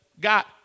got